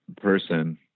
person